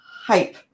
hype